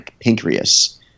pancreas